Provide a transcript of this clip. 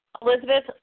Elizabeth